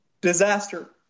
disaster